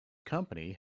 company